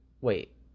wait